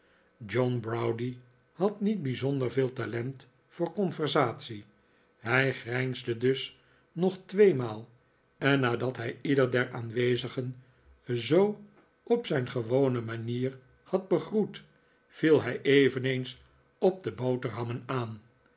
john browdie had niet bijzonder veel talent voor conversatie hij grijnsde dus nog twee maal en nadat hij ieder der aanwezigen zoo op zijn gewone manier had begroet viel hij eveneens op de boterhammen aan